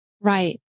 right